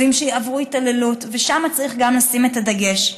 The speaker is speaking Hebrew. כלבים שעברו התעללות וגם שם צריך לשים את הדגש.